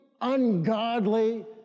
ungodly